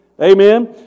Amen